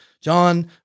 John